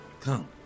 Come